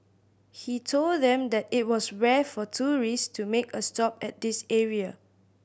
he told them that it was rare for tourist to make a stop at this area